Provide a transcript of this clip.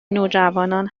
نوجوانان